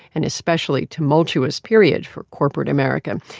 an especially tumultuous period for corporate america.